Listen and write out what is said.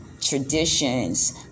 traditions